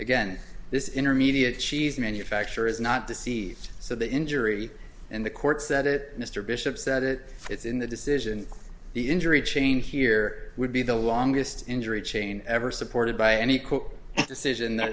again this intermediate cheese manufacturer is not to see so the injury and the court said it mr bishop said it it's in the decision the injury change here would be the longest injury chain ever supported by any court decision that